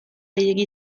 gehiegi